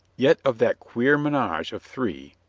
yet of that queer menage of three,